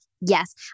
yes